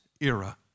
era